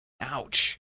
Ouch